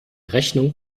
rechnung